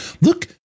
Look